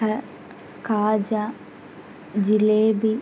కా కాజా జిలేబీ